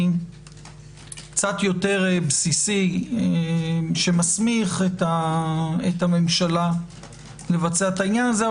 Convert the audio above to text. קצת יותר בסיסי שמסמיך את הממשלה לבצע את העניין הזה.